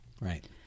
Right